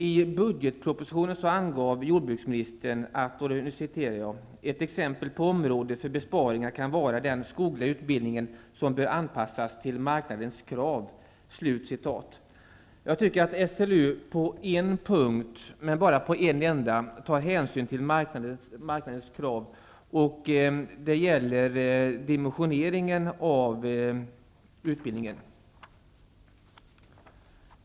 I ''ett exempel på område för besparingar kan vara den skogliga utbildningen som bör anpassas till marknadens krav''. Jag tycker att SLU på en punkt, men bara på en enda, tar hänsyn till marknadens krav, och det gäller utbildningens dimensionering.